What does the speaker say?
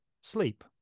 sleep